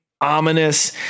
ominous